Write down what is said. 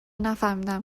نفهمیدم